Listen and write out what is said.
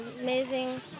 amazing